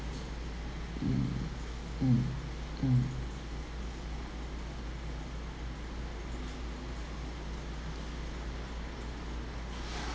mm mm mm